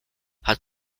hat